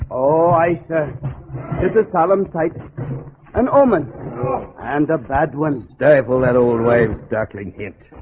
oh i said it's a solemn sight an omen and a bad one stifle that old waves duckling it